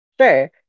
sure